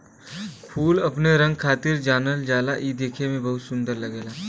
फूल अपने रंग खातिर जानल जाला इ देखे में बहुते सुंदर लगला